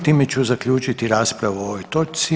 Time ću zaključiti raspravu o ovoj točci.